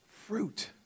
fruit